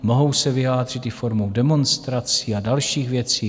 Mohou se vyjádřit i formou demonstrací a dalších věcí.